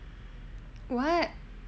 what